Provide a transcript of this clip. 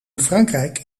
frankrijk